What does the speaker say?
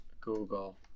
Google